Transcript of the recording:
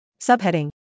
Subheading